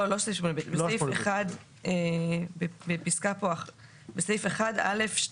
לא בסעיף 8ב. בסעיף (1)(א)(2)